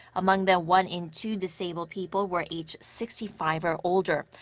among them, one in two disabled people were aged sixty five or older,